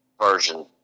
version